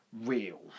real